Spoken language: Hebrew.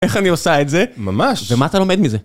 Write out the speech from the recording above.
איך אני עושה את זה ממש ומה אתה לומד מזה